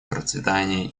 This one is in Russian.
процветание